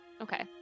Okay